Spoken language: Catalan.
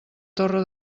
torre